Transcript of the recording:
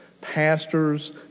pastors